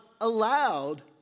allowed